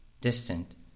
distant